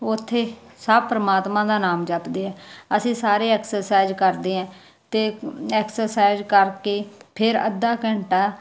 ਉੱਥੇ ਸਭ ਪਰਮਾਤਮਾ ਦਾ ਨਾਮ ਜਪਦੇ ਆ ਅਸੀਂ ਸਾਰੇ ਐਕਸਰਸਾਈਜ਼ ਕਰਦੇ ਹਾਂ ਅਤੇ ਐਕਸਰਸਾਈਜ਼ ਕਰਕੇ ਫਿਰ ਅੱਧਾ ਘੰਟਾ